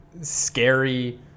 scary